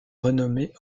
renommée